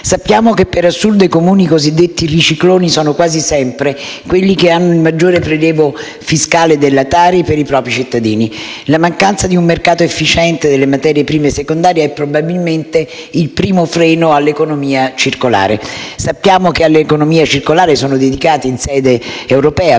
Sappiamo che, per assurdo, i Comuni cosiddetti ricicloni sono, quasi sempre, quelli che hanno il maggiore prelievo fiscale della TARI sui propri cittadini. La mancanza di un mercato efficiente delle materie prime secondarie è probabilmente il primo freno alla economia circolare. Sappiamo che alla economia circolare sono dedicati, in sede europea,